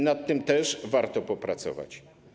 Nad tym też warto popracować.